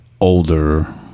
older